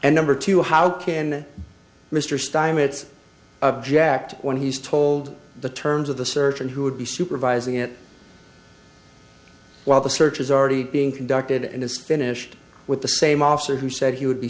and number two how can mr steinitz object when he's told the terms of the search and who would be supervising it while the search is already being conducted and is finished with the same officer who said he would be